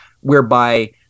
whereby